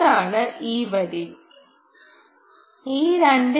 അതാണ് ഈ വരി ഈ 2